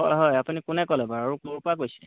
হয় হয় আপুনি কোনে ক'লে বাৰু আৰু ক'ৰ পৰা কৈছে